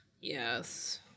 Yes